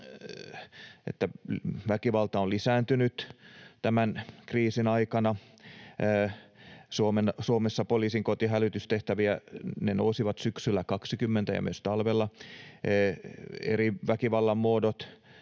että väkivalta on lisääntynyt tämän kriisin aikana. Suomessa poliisin kotihälytystehtävät nousivat syksyllä 20 ja myös talvella. Eri väkivallan muodot,